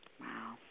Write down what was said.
Wow